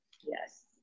yes